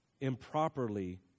improperly